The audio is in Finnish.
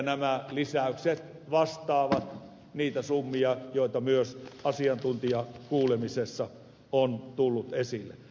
nämä lisäykset vastaavat niitä summia joita myös asiantuntijakuulemisessa on tullut esille